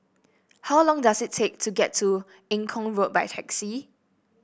how long does it take to get to Eng Kong Road by taxi